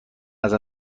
ازت